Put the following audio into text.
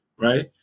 right